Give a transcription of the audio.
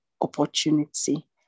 opportunity